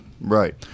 Right